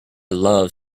love